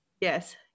Yes